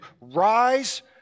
rise